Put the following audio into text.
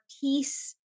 peace